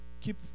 Keep